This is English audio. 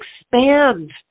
expand